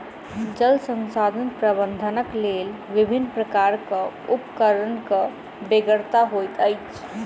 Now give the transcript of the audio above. जल संसाधन प्रबंधनक लेल विभिन्न प्रकारक उपकरणक बेगरता होइत अछि